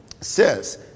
says